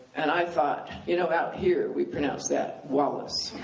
and i thought, you know, out here we pronounce that wallace.